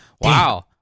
Wow